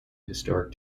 historic